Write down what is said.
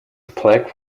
plaque